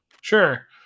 Sure